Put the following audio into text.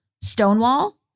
Stonewall